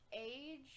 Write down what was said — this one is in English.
Age